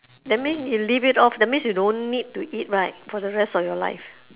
that mean you leave it off that means you don't need to eat right for the rest of your life